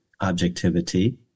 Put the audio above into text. objectivity